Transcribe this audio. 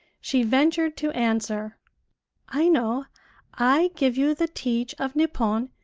she ventured to answer i know i give you the teach of nippon,